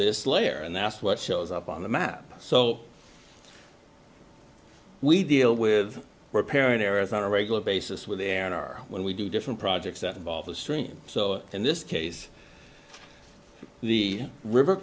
this layer and that's what shows up on the map so we deal with repairing errors on a regular basis with the n r when we do different projects that involve a strain so in this case the river